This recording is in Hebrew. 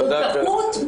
טעות,